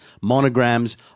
monograms